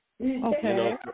okay